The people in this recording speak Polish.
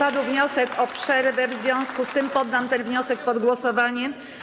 Padł wniosek o przerwę, w związku z czym poddam ten wniosek pod głosowanie.